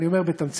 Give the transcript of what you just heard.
אני אומר בתמצית,